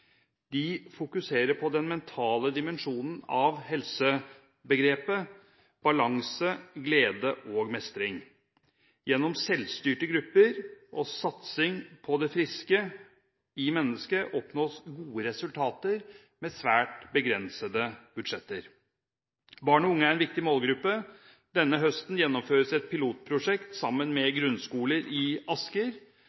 De fokuserer på den mentale dimensjonen av helsebegrepet, balanse, glede og mestring. Gjennom selvstyrte grupper og satsing på det friske i mennesket oppnås gode resultater med svært begrensede budsjetter. Barn og unge er en viktig målgruppe. Denne høsten gjennomføres et pilotprosjekt sammen med